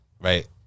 right